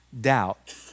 doubt